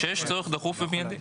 כשיש צורך דחוף ומידי.